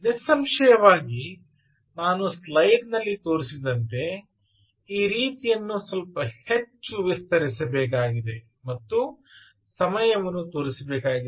ನಿಸ್ಸಂಶಯವಾಗಿ ನಾನು ಸ್ಲಯ್ಡ್ ನಲ್ಲಿ ತೋರಿಸಿದಂತೆ ಈ ರೀತಿಯನ್ನು ಸ್ವಲ್ಪ ಹೆಚ್ಚು ವಿಸ್ತರಿಸಬೇಕಾಗಿದೆ ಮತ್ತು ಸಮಯವನ್ನು ತೋರಿಸಬೇಕಾಗಿದೆ